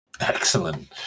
Excellent